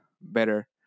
better